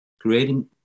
creating